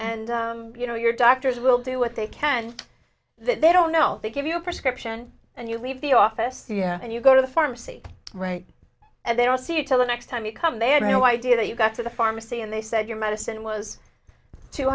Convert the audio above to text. and you know your doctors will do what they can that they don't know they give you a prescription and you leave the office and you go to the pharmacy right and they don't see it so the next time you come they had no idea that you got to the pharmacy and they said your medicine was two